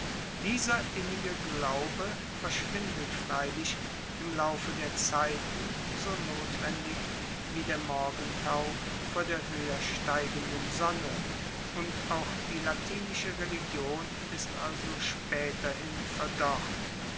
dieser innige glaube verschwindet freilich im laufe der zeiten so notwendig wie der morgentau vor der hoeher steigenden sonne und auch die latinische religion ist also spaeterhin verdorrt